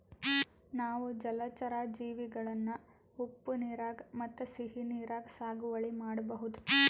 ನಾವ್ ಜಲಚರಾ ಜೀವಿಗಳನ್ನ ಉಪ್ಪ್ ನೀರಾಗ್ ಮತ್ತ್ ಸಿಹಿ ನೀರಾಗ್ ಸಾಗುವಳಿ ಮಾಡಬಹುದ್